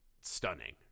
stunning